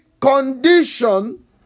condition